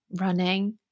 running